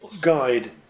guide